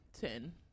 Ten